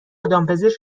دامپزشک